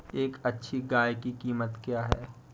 एक अच्छी गाय की कीमत क्या है?